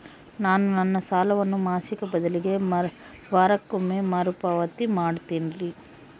ನಾನು ನನ್ನ ಸಾಲವನ್ನು ಮಾಸಿಕ ಬದಲಿಗೆ ವಾರಕ್ಕೊಮ್ಮೆ ಮರುಪಾವತಿ ಮಾಡ್ತಿನ್ರಿ